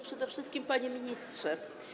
Przede wszystkim Panie Ministrze!